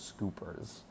scoopers